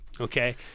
okay